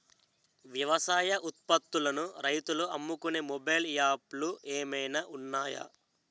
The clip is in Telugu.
వ్యవసాయ ఉత్పత్తులను రైతులు అమ్ముకునే మొబైల్ యాప్ లు ఏమైనా ఉన్నాయా?